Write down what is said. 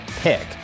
pick